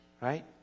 right